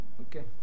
Okay